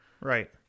Right